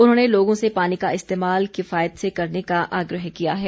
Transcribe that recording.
उन्होंने लोगों से पानी का इस्तेमाल किफायत से करने का आग्रह किया है